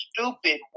Stupid